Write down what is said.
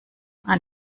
ein